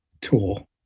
tool